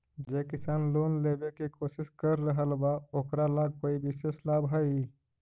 जे किसान लोन लेवे के कोशिश कर रहल बा ओकरा ला कोई विशेष लाभ हई?